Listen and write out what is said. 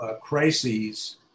crises